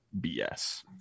BS